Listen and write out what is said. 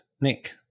Nick